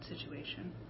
situation